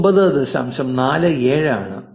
47 ആണ്